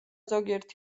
ზოგიერთ